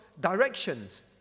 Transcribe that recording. directions